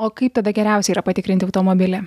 o kaip tada geriausia yra patikrinti automobilį